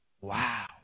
Wow